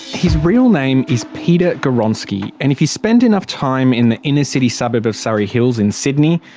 his real name is peter gawronski, and if you spend enough time in the inner city suburb of surry hills, in sydney,